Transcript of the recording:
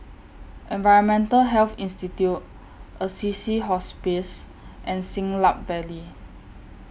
Environmental Health Institute Assisi Hospice and Siglap Valley